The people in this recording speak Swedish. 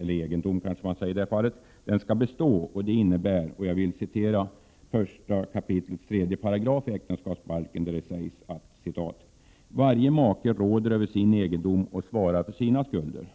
egendom skall bestå. Det innebär, enligt 1 kap. 3 § i äktenskapsbalken, att ”varje make råder över sin egendom och svarar för sina skulder”.